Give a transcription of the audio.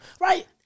right